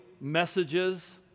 messages